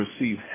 receive